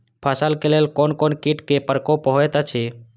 फसल के लेल कोन कोन किट के प्रकोप होयत अछि?